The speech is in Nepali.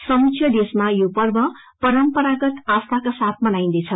समुच्य देशमा यो पर्व परम्पागत आसीका साथ मनाईन्दैछ